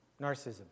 Narcissism